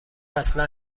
اصلا